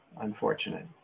unfortunate